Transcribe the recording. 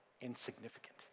insignificant